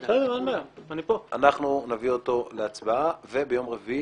בוועדה נביא אותו להצבעה וביום רביעי